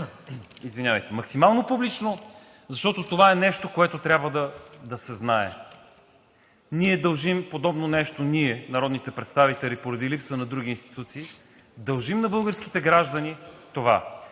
максимално публично, защото това е нещо, което трябва да се знае. Ние дължим подобно нещо – ние, народните представители, поради липса на други институции, дължим на българските граждани това.